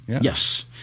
Yes